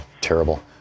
Terrible